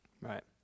Right